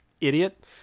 idiot